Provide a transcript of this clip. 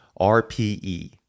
RPE